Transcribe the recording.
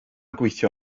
gweithio